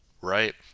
right